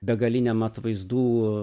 begaliniam atvaizdų